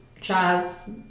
jazz